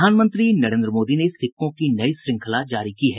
प्रधानमंत्री नरेन्द्र मोदी ने सिक्कों की नई श्रृंखला जारी की है